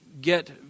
get